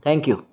thank you